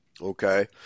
okay